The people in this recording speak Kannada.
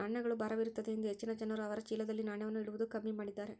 ನಾಣ್ಯಗಳು ಭಾರವಿರುತ್ತದೆಯೆಂದು ಹೆಚ್ಚಿನ ಜನರು ಅವರ ಚೀಲದಲ್ಲಿ ನಾಣ್ಯವನ್ನು ಇಡುವುದು ಕಮ್ಮಿ ಮಾಡಿದ್ದಾರೆ